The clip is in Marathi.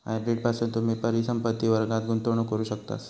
हायब्रीड पासून तुम्ही परिसंपत्ति वर्गात गुंतवणूक करू शकतास